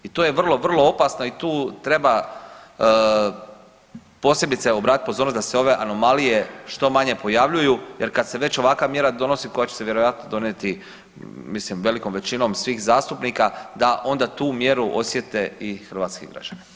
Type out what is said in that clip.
I to je vrlo, vrlo opasno i tu treba posebice obratiti pozornost da se ove anomalije što manje pojavljuju jer kad se već ovakva mjera donosi koja će vjerojatno donijeti mislim velikom većinom svih zastupnika da onda tu mjeru osjete i hrvatski građani.